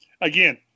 again